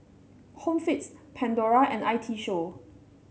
Home Fix Pandora and I T Show